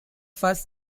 first